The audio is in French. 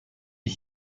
est